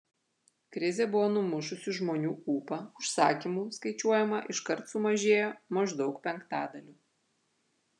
krizė buvo numušusi žmonių ūpą užsakymų skaičiuojama iškart sumažėjo maždaug penktadaliu